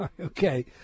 Okay